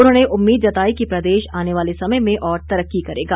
उन्होंने उम्मीद जताई कि प्रदेश आने वाले समय में और तरक्की करेगा